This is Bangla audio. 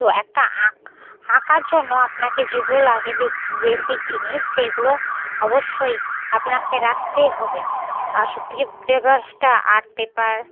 তো একটা আঁক আঁকার জন্য আপনাকে যেগুলো লাগে বেসিক জিনিস সেগুলো অবশ্যই আপনাকে রাখতেই হবে আর সবথেকে ব্যাপারটা আর্ট পেপার